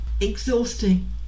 exhausting